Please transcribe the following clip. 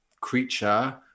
creature